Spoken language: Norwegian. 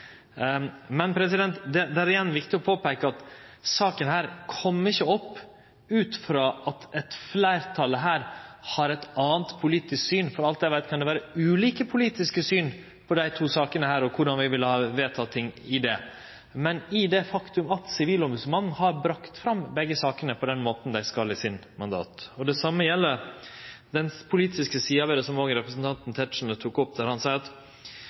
men eg siterte frå merknadene, som seier at dersom det var eit politisk ønske om endring, måtte ein valt ein annan veg enn i denne saka. Det er igjen viktig å påpeike at denne saka ikkje kom opp ut frå at eit fleirtal her har eit anna politisk syn – for alt eg veit kan det vere ulike politiske syn på desse to sakene og korleis vi vil ha vedteke ting i dei – men ut frå det faktum at Sivilombodsmannen har bringa fram begge sakene på den måten dei skal, etter mandatet sitt. Det same gjeld den politiske